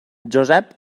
josep